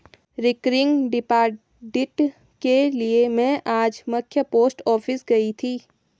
recurring deposit के लिए में आज मख्य पोस्ट ऑफिस गयी थी